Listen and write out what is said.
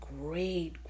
great